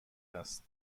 است